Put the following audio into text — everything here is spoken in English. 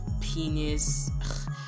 penis